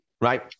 right